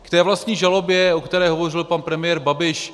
K té vlastní žalobě, o které hovořil pan premiér Babiš.